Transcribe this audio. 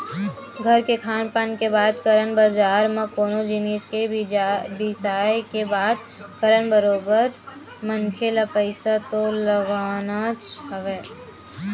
घर के खान पान के बात करन बजार म कोनो जिनिस के बिसाय के बात करन बरोबर मनखे ल पइसा तो लगानाच हवय